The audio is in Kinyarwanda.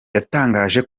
yatangaje